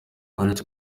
uretse